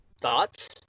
Thoughts